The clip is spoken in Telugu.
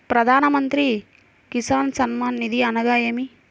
ప్రధాన మంత్రి కిసాన్ సన్మాన్ నిధి అనగా ఏమి?